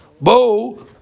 bo